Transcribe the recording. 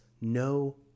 no